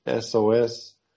SOS